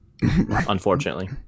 unfortunately